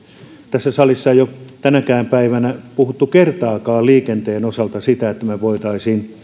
tässä salissa ei ole tänäkään päivänä puhuttu kertaakaan liikenteen osalta siitä että me voisimme